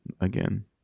again